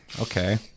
Okay